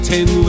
Ten